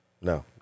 No